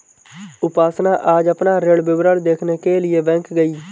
उपासना आज अपना ऋण विवरण देखने के लिए बैंक गई